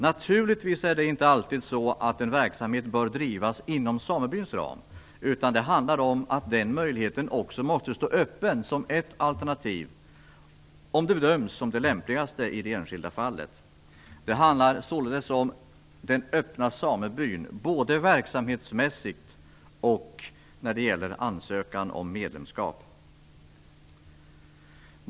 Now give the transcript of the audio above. Naturligtvis är det inte alltid så att en verksamhet bör drivas inom samebyns ram utan det handlar om att den möjligheten också måste stå öppen som ett alternativ, om det bedöms som det lämpligaste i det enskilda fallet. Det handlar således om den öppna samebyn, både versamhetsmässigt och när det gäller ansökan om medlemskap.